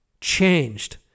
changed